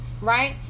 right